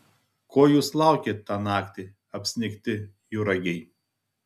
ko jūs laukėt tą naktį apsnigti juragiai